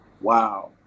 Wow